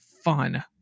fun